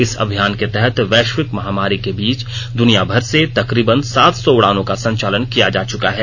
इस अभियान के तहत वैश्विक महामारी के बीच दुनिया भर से तकरीबन सात सौ उड़ानों का संचालन किया जा चुका है